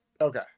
okay